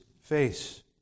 face